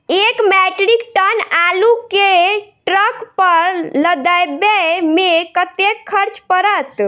एक metric tonne आलु केँ ट्रक पर लदाबै मे कतेक खर्च पड़त?